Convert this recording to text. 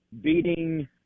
beating